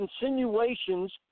insinuations